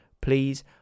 Please